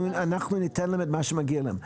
אנחנו ניתן להם את מה שמגיע להם.